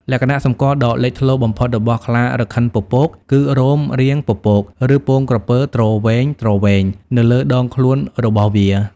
លក្ខណៈសម្គាល់ដ៏លេចធ្លោបំផុតរបស់ខ្លារខិនពពក គឺ រោមរាងពពក ឬពងក្រពើទ្រវែងៗនៅលើដងខ្លួនរបស់វា។